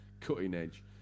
cutting-edge